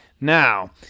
Now